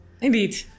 indeed